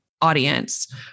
audience